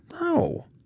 no